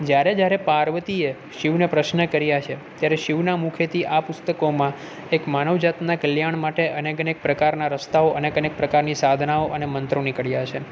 જ્યારે જ્યારે પાર્વતીએ શિવને પ્રશ્ન કર્યા છે ત્યારે શિવના મુખેથી આ પુસ્તકોમાં એક માનવજાતના કલ્યાણ માટે અનેક અનેક પ્રકારના રસ્તાઓ અનેક અનેક સાધનાઓ અને મંત્રો નીકળ્યા છે